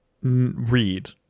read